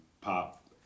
Pop